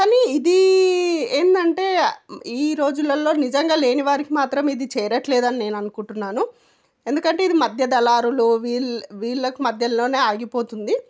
కానీ ఇది ఏంటంటే ఈ రోజుల్లో నిజంగా లేని వారికి మాత్రం ఇది చేరడం లేదని నేను అనుకుంటున్నాను ఎందుకంటే ఇది మధ్య దళారులు వీ వీళ్ళ మధ్యలోనే ఆగిపోతుంది